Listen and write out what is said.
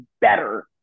better